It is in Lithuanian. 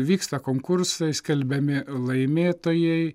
vyksta konkursai skelbiami laimėtojai